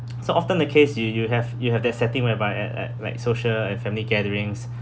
so often the case you you have you have that setting whereby at at like social and family gatherings